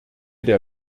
der